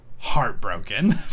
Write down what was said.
heartbroken